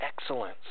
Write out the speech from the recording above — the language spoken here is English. excellence